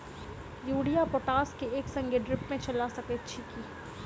Urea आ potash केँ एक संगे ड्रिप मे चला सकैत छी की?